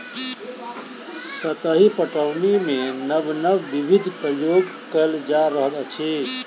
सतही पटौनीमे नब नब विधिक प्रयोग कएल जा रहल अछि